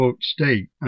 state